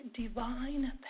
divine